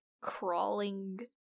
crawling